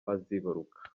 azibaruka